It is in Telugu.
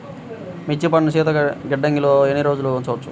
మిర్చి పంటను శీతల గిడ్డంగిలో ఎన్ని రోజులు ఉంచవచ్చు?